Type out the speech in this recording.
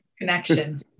connection